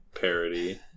parody